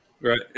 Right